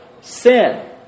sin